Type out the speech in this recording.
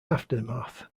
aftermath